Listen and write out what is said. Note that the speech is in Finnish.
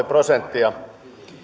prosenttia